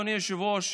אדוני היושב-ראש,